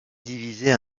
divisés